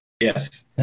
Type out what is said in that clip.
Yes